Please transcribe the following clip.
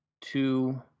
two